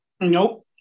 Nope